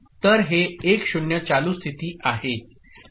तर हे 1 0 चालू स्थिती आहे ठीक